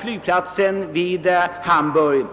flygplatsen vid Hamburg.